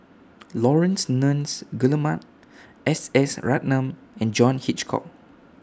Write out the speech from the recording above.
Laurence Nunns Guillemard S S Ratnam and John Hitchcock